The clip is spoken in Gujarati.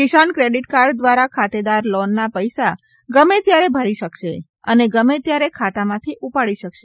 કિસાન ક્રેડિટ કાર્ડ દ્વારા ખાતેદાર લોનના પૈસા ગમે ત્યારે ભરી શકશે અને ગમે ત્યારે ખાતામાંથી ઉપાડી શકશે